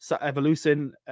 evolution